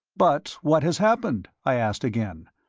but what has happened? i asked again,